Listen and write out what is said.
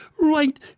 Right